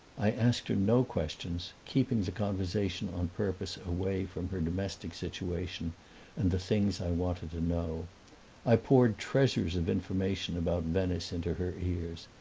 i asked her no questions, keeping the conversation on purpose away from her domestic situation and the things i wanted to know i poured treasures of information about venice into her ears,